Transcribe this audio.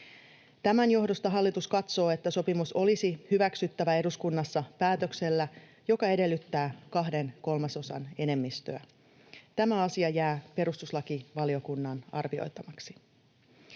Tämän johdosta hallitus katsoo, että sopimus olisi hyväksyttävä eduskunnassa päätöksellä, joka edellyttää kahden kolmasosan enemmistöä. Tämä asia jää perustuslakivaliokunnan arvioitavaksi.